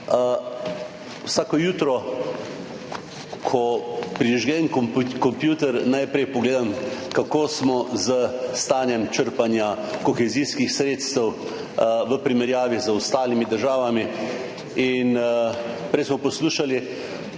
Vsako jutro, ko prižgem kompjuter, najprej pogledam, kako smo s stanjem črpanja kohezijskih sredstev v primerjavi z ostalimi državami. Prej smo poslušali